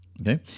okay